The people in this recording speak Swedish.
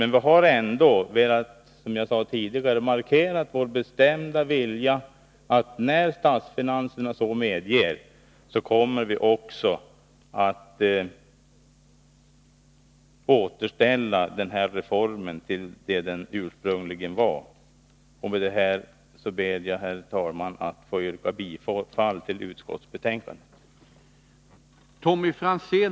Men vi har ändå, som jag tidigare sade, velat markera vår bestämda vilja att när statsfinanserna så medger återställa denna kompensation till dess ursprungliga nivå. Med detta ber jag, herr talman, att få yrka bifall till utskottets hemställan.